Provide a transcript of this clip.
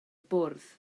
bwrdd